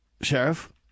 Sheriff